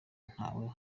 ntawe